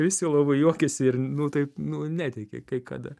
visi labai juokiasi ir nu taip nu netiki kai kada